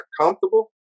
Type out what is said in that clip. comfortable